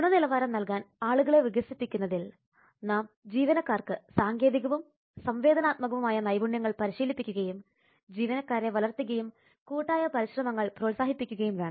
ഗുണനിലവാരം നൽകാൻ ആളുകളെ വികസിപ്പിക്കുന്നതിൽ നാം ജീവനക്കാർക്ക് സാങ്കേതികവും സംവേദനാത്മകവുമായ നൈപുണ്യങ്ങൾ പരിശീലിപ്പിക്കുകയും ജീവനക്കാരെ വളർത്തുകയും കൂട്ടായ പരിശ്രമങ്ങൾ പ്രോത്സാഹിപ്പിക്കുകയും വേണം